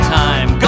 time